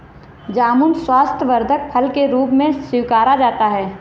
जामुन स्वास्थ्यवर्धक फल के रूप में स्वीकारा जाता है